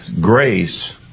grace